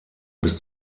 bis